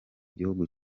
gihugu